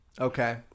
okay